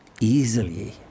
easily